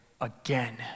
again